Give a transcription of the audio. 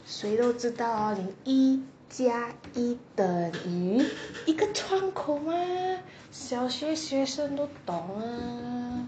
谁都知道你一加一等于一个窗口 ah 小学学生都懂 ah